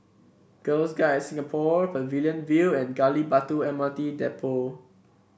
Girls Guides Singapore Pavilion View and Gali Batu M R T Depot